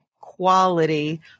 quality